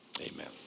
amen